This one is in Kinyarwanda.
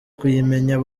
kuyimenya